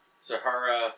Sahara